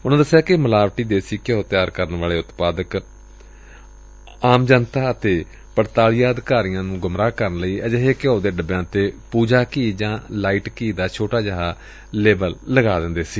ਉਨਾਂ ਦਸਿਆ ਕਿ ਮਿਲਾਵਟੀ ਦੇਸੀ ਘਿਉ ਤਿਆਰ ਕਰਨ ਵਾਲੇ ਉਤਪਾਦਕ ਆਮ ਜਨਤਾ ਅਤੇ ਪੜਤਾਲੀਆ ਅਧਿਕਾਰੀਆਂ ਨੂੰ ਗੂੰਮਰਾਹ ਕਰਨ ਲਈ ਅਜਿਹੇ ਘਿਉ ਦੇ ਡੱਬਿਆਂ ਤੇ ਪੁਜਾ ਘੀ ਜਾ ਲਾਈਟ ਘੀ ਦਾ ਛੋਟਾ ਜਿਹਾ ਲੇਬਲ ਲਗਾ ਦਿੰਦੇ ਨੇ